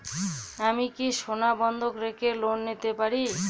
আমি কি সোনা বন্ধক রেখে লোন পেতে পারি?